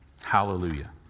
Hallelujah